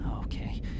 Okay